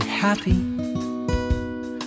happy